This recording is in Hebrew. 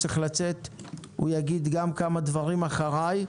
השר צריך לצאת אז הוא יגיד כמה דברים אחריי.